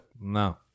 No